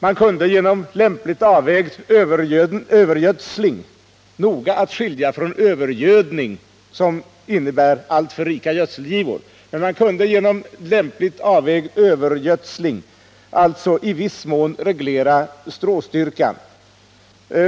Man kunde genom lämpligt avvägd övergödsling — något som noga skall skiljas från övergödning som innebär alltför rika gödselgivor — i viss mån reglera stråstyrkan.